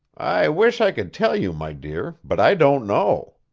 i wish i could tell you, my dear, but i don't know.